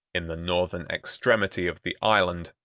in the northern extremity of the island,